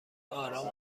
آرام